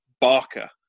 Barker